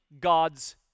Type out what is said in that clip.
God's